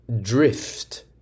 drift